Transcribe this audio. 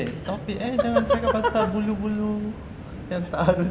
eh stop it eh jangan cakap pasal bulu-bulu yang tak harus